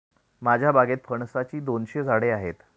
माझ्या बागेत फणसाची दोनशे झाडे आहेत